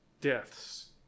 deaths